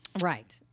Right